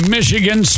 Michigan